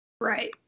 Right